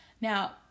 Now